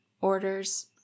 orders